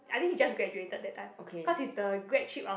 I think he just graduated that time cause it's the grad trip of